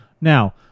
Now